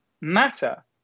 matter